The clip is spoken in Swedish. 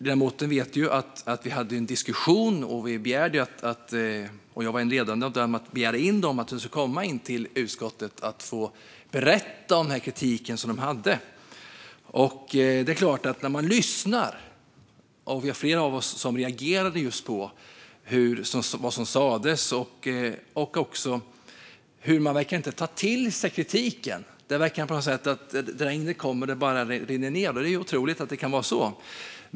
Ledamoten vet ju att vi hade en diskussion och att jag hörde till de ledande bland dem som ville begära att de skulle komma till utskottet och berätta om den här kritiken. Det är flera av oss som reagerade på vad som sas och att man inte verkar ta till sig kritiken. Det verkar på något sätt som att regnet faller men bara rinner av. Det är otroligt att det kan vara så.